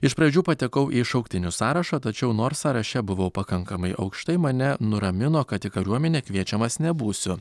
iš pradžių patekau į šauktinių sąrašą tačiau nors sąraše buvo pakankamai aukštai mane nuramino kad į kariuomenę kviečiamas nebūsiu